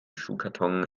schuhkarton